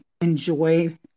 enjoy